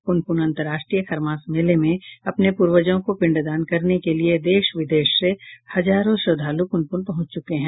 पुनपुन अंतरराष्ट्रीय खरमास मेले में अपने पूर्वजों को पिण्ड दान करने के लिये देश विदेश के हजारों श्रद्धालु पुनपुन पहुंच चुके हैं